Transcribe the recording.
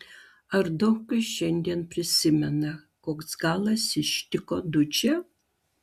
ar daug kas šiandien prisimena koks galas ištiko dučę